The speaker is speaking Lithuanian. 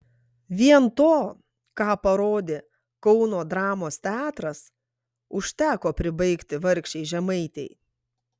vien to ką parodė kauno dramos teatras užteko pribaigti vargšei žemaitei